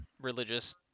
religious